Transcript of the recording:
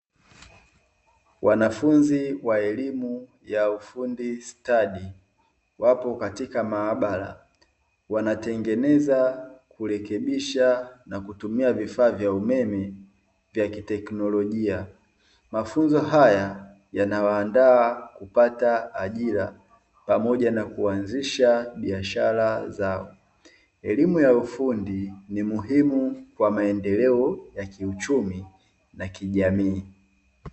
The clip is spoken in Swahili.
Wanafunzi wa elimu ya ufundi stadi wapo katika maabara wanatengeneza, kurekebisha na kutumia vifaa vya umeme vya kiteknolojia. Mafunzo haya yanawaandaa kupata ajira pamoja na kuanzisha biashara zao. Elimu ya ufundi ni muhimu kwa maendeleo ya kiuchumi na kijamii.